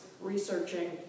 researching